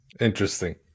Interesting